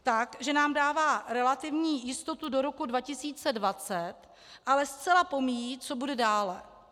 Tak, že nám dává relativní jistotu do roku 2020, ale zcela pomíjí, co bude dále.